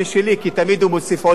כי תמיד הוא מוסיף עוד משהו.